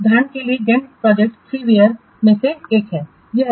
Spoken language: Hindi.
उदाहरण के लिए गैंट प्रोजेक्ट फ्रीवेयर में से एक है